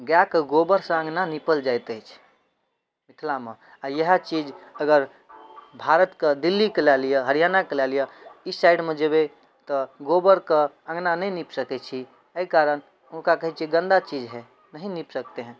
गाए के गोबर सँ अँगना निपल जाइत अछि मिथिलामे आ यएह चीज अगर भारतके दिल्लीके लए लिअ हरियाणाके लए लिअ ई साइडमे जेबै तऽ गोबरके अँगना नहि नीप सकै छी एहि कारण हुनका कहै छै गन्दा चीज है नहीं नीप सकते है